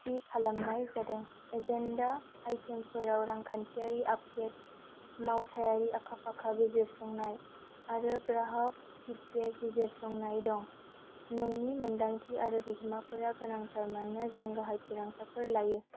थि खालामनाय जादों एजेन्डा आइटेमफोराव रांखान्थियारि आपदेट मावथायारि आखाफाखा बिजिरसंनाय आरो ग्राहक फिडबेक बिजिरसंनाय दं नोंनि मोन्दांथि आरो बिहोमाफोरा गोनांथार मानोना जों गाहाय थिरांथाफोर लायो